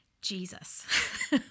Jesus